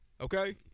okay